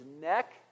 neck